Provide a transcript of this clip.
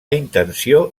intenció